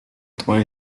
droits